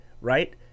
right